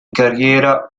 carriera